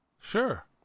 Sure